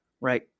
right